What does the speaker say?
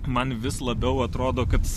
man vis labiau atrodo kad